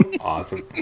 Awesome